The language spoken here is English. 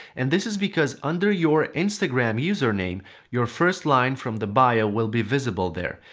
and this is because under your instagram username your first line from the bio will be visible there.